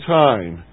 time